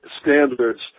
standards